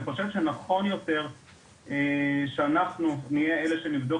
אני חושב שנכון יותר שאנחנו נהיה אלה שנבדוק